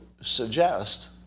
suggest